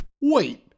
Wait